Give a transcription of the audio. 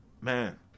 man